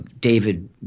David